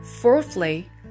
Fourthly